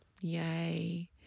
yay